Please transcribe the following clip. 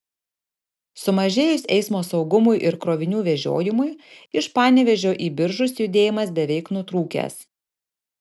sumažėjus eismo saugumui ir krovinių vežiojimui iš panevėžio į biržus judėjimas beveik nutrūkęs